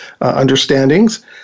understandings